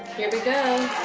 here we go,